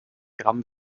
gramm